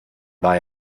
war